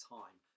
time